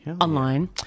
online